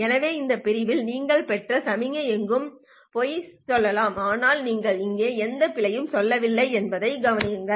எனவே இந்த பிரிவில் நீங்கள் பெற்ற சமிக்ஞை எங்கும் பொய் சொல்லலாம் ஆனால் நீங்கள் இங்கே எந்த பிழையும் செய்யவில்லை என்பதை கவனிக்கவும்